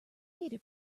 peter